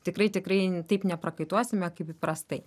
tikrai tikrai n taip neprakaituosime kaip įprastai